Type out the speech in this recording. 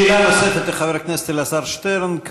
שאלה נוספת לחבר הכנסת אלעזר שטרן.